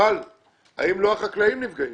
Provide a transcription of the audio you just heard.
אבל האם החקלאים לא נפגעים?